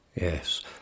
Yes